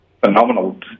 phenomenal